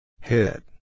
Hit